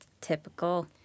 Typical